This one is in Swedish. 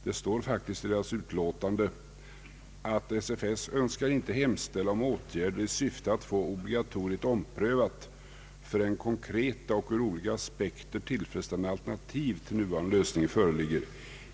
Det står faktiskt i deras utlåtande att »SFS önskar inte hemställa om åtgärder i syfte att få obligatoriet omprövat förrän konkreta och ur olika aspekter tillfredsställande alternativ till nuvarande lösning föreligger.